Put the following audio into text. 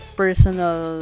personal